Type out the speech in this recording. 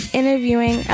interviewing